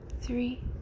three